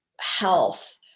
health